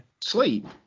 sleep